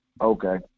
Okay